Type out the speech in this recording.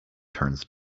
turns